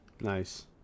Nice